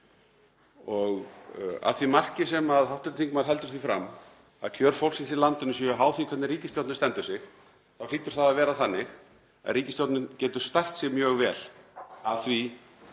og að því marki sem hv. þingmaður heldur því fram að kjör fólksins í landinu séu háð því hvernig ríkisstjórnin stendur sig þá hlýtur það að vera þannig að ríkisstjórnin geti stært sig mjög vel af því